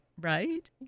right